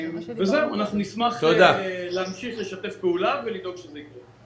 אנחנו נשמח להמשיך לשתף פעולה ולדאוג שזה יקרה.